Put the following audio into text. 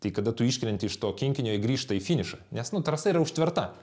tai kada tu iškrenti iš to kinkinio jie grįžta į finišą nes nu trasa yra užtverta